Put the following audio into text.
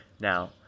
now